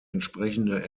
entsprechende